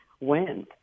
wins